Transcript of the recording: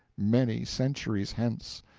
many centuries hence,